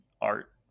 art